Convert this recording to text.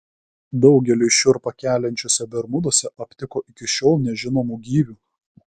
daugeliui šiurpą keliančiuose bermuduose aptiko iki šiol nežinomų gyvių